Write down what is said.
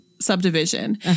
subdivision